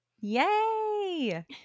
Yay